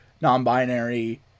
non-binary